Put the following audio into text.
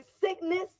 sickness